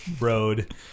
road